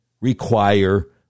require